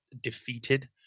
defeated